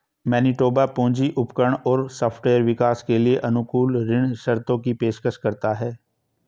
Manitoba पूंजी उपकरण और सॉफ्टवेयर विकास के लिए अनुकूल ऋण शर्तों की पेशकश करता है